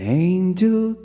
angel